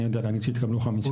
אני יודע להגיד שהתקבלו חמישה.